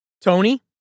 Tony